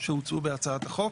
שהוצעו בהצעת החוק.